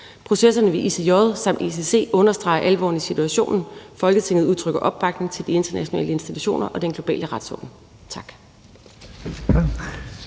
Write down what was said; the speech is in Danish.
Processerne ved ICJ samt ICC understreger alvoren i situationen. Folketinget udtrykker opbakning til de internationale institutioner og den globale retsorden.«